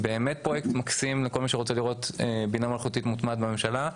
פרויקט מקסים לכל מי שרוצה לראות בינה מלאכותית מוטמעת בממשלה.